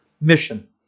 mission